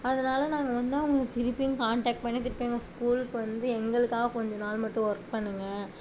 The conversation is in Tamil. அதனால் வந்து அவங்களை திருப்பியும் காண்டெக்ட் பண்ணி திருப்பியும் எங்கள் ஸ்கூலுக்கு வந்து எங்களுக்காக கொஞ்சம் நாள் மட்டும் ஒர்க் பண்ணுங்க